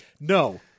no